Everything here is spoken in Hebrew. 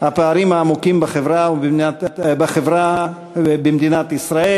הפערים העמוקים בחברה במדינת ישראל.